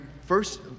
first